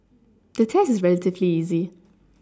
the test is relatively easy